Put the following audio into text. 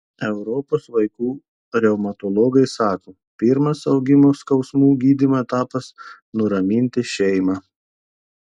europos vaikų reumatologai sako pirmas augimo skausmų gydymo etapas nuraminti šeimą